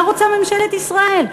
מה רוצה ממשלת ישראל?